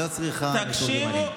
היא לא צריכה מתורגמנים.